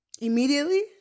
Immediately